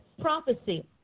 Prophecy